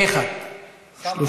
ההצעה להעביר את הנושא לוועדת העבודה,